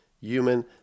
human